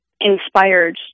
inspired